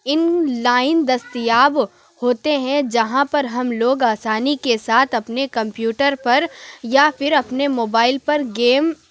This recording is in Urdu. ان لائن دستیاب ہوتے ہیں جہاں پر ہم لوگ آسانی کے ساتھ اپنے کمپیوٹر پر یا پھر اپنے موبائل پر گیم